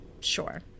Sure